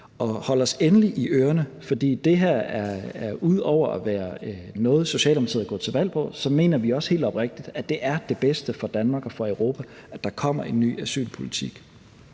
sig. Hold os endelig i ørerne, for ud over at det her er noget, Socialdemokratiet er gået til valg på, så mener vi også helt oprigtigt, at det er det bedste for Danmark og for Europa, at der kommer en ny asylpolitik.